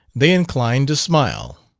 they inclined to smile.